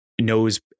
knows